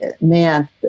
man